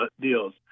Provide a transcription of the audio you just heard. deals